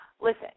Listen –